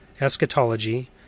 eschatology